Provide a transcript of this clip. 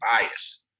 Bias